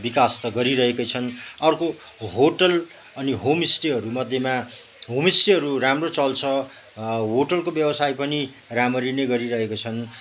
विकास त गरिरहेकै छन् अर्को होटल अनि होमस्टेहरूमध्येमा होमस्टेहरू राम्रो चल्छ होटलको व्यवसाय पनि राम्ररी नै गरिरहेको छन्